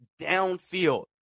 downfield